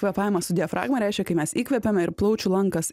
kvėpavimas su diafragma reiškia kai mes įkvepiame ir plaučių lankas